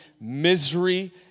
misery